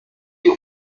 die